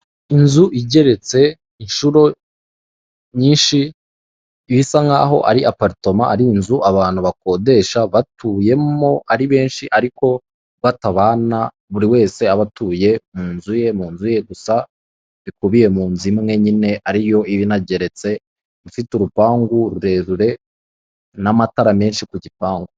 Inzu igeretse inshuro nyinshi bisa nk'aho ari aparitoma ari inzu abantu bakodesha batuyemo, ari benshi ariko batabana buri wese aba atuye mu nzu ye mu nzu ye gusa ikubiye mu nzu imwe nyine ariyo iba inageretse ifite urupangu rurerure n'amatara menshi ku gipangu.